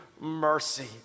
mercy